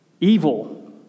evil